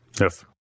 Yes